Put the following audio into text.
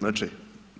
Znači,